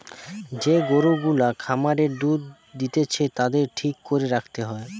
যে গরু গুলা খামারে দুধ দিতেছে তাদের ঠিক করে রাখতে হয়